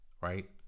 right